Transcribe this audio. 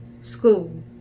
school